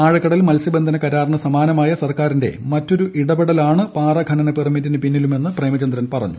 ആഴക്കടൽ മത്സൃബന്ധന കരാറിനു സമാനമായ സർക്കാരിന്റെ മറ്റൊരു ഇടപെടലാണ് പാറ ഖനന പെർമിറ്റിന് പിന്നിലുമെന്ന് പ്രേമചന്ദ്രൻ പറഞ്ഞു